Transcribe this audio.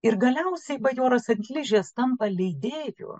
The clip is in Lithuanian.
ir galiausiai bajoras ant ližės tampa leidėju